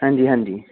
ਹਾਂਜੀ ਹਾਂਜੀ